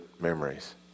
memories